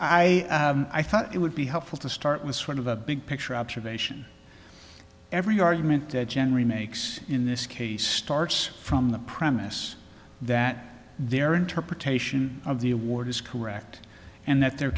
i i thought it would be helpful to start with sort of a big picture observation every argument that generally makes in this case starts from the premise that their interpretation of the award is correct and that there